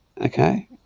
Okay